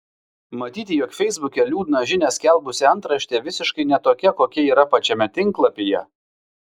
matyti jog feisbuke liūdną žinią skelbusi antraštė visiškai ne tokia kokia yra pačiame tinklapyje